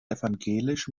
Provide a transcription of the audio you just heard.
evangelisch